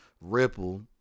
Ripple